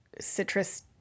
citrus